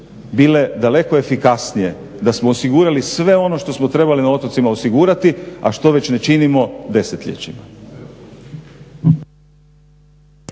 bile daleko efikasnije da smo osigurali sve ono što smo trebali na otocima osigurati a što već ne činimo desetljećima.